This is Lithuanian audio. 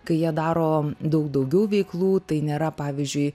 kai jie daro daug daugiau veiklų tai nėra pavyzdžiui